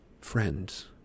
Friends